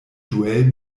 joel